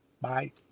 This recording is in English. Bye